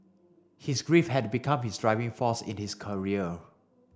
his grief had become his driving force in his career